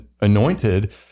Anointed